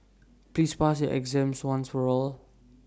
please pass your exam once and for all